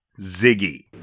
Ziggy